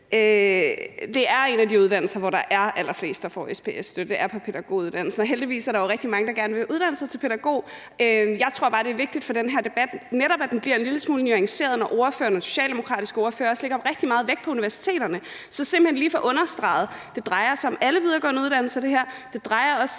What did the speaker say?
Det er en af de uddannelser, hvor der er allerflest, der får SPS-støtte. Det er på pædagoguddannelsen. Heldigvis er der jo rigtig mange, der gerne vil uddanne sig til pædagog. Jeg tror bare, det er vigtigt for den her debat, at den netop bliver en smule nuanceret. Når ordføreren og den socialdemokratiske ordfører også lægger rigtig meget vægt på universiteterne, skal man simpelt hen lige få understreget, at det drejer sig om alle videregående uddannelser, det her, og det drejer sig